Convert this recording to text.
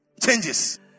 changes